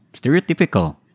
stereotypical